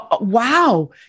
Wow